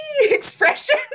expression